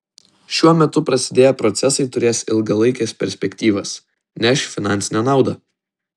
šiuo metu prasidėję procesai turės ilgalaikes perspektyvas neš finansinę naudą